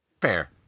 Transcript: Fair